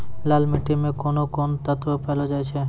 लाल मिट्टी मे कोंन कोंन तत्व पैलो जाय छै?